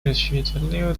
решительную